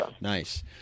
Nice